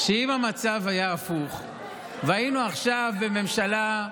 אם המצב היה הפוך והיינו עכשיו בממשלה,